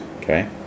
Okay